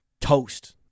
toast